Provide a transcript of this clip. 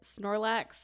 Snorlax